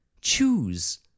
Choose